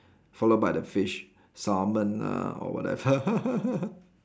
followed by the fish salmon lah or whatever